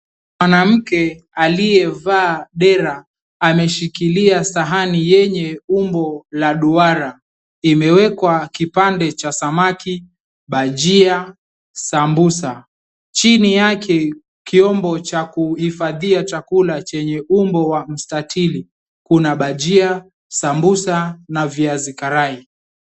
Mwanamke aliyevaa dera ameshikilia sahani yenye umbo la duara, imewekwa kipande cha samaki, bajia, sambusa. Chini yake kiombo cha kuhifadhia chakula chenye umbo la mstatili. Kuna bajia, sambusa na viazi karai.